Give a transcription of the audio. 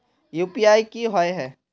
UPI की होय है?